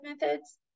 methods